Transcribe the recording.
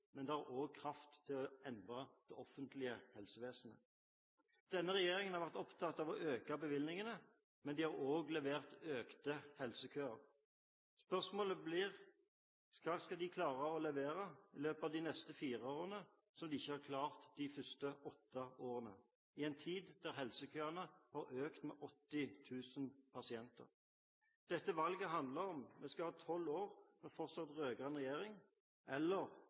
men det har også kraft til å endre det offentlige helsevesenet. Denne regjeringen har vært opptatt av å øke bevilgningene, men den har også levert økte helsekøer. Spørsmålet blir: Hva skal den klare å levere i løpet av de neste fire årene som den ikke har klart i løpet av de første åtte årene – i en tid hvor helsekøene har økt med 80 000 pasienter? Dette valget handler om hvorvidt vi skal ha tolv år med fortsatt rød-grønn regjering, eller